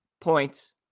points